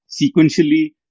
sequentially